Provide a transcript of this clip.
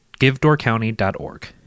givedoorcounty.org